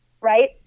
Right